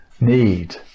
need